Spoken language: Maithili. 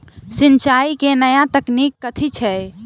सिंचाई केँ नया तकनीक कथी छै?